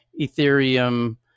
Ethereum